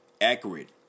accurate